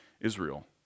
Israel